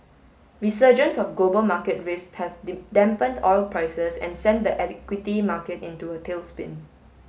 resurgence of global market risk have dampened oil prices and sent the equity market into a tailspin